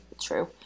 True